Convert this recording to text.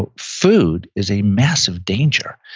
but food is a massive danger,